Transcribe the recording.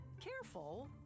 careful